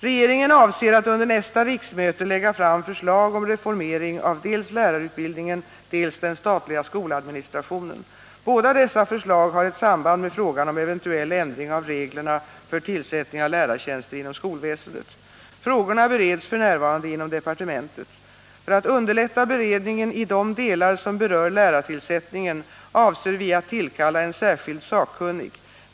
Regeringen avser att under nästa riksmöte lägga fram förslag om reformering av dels lärarutbildningen, dels den statliga skoladministrationen. Båda dessa förslag har ett samband med frågan om eventuell ändring av reglerna för tillsättning av lärartjänster inom skolväsendet. Frågorna bereds f.n. inom departementet. För att underlätta beredningen i de delar som berör lärartillsättningen avser vi att tillkalla en särskild sakkunnig.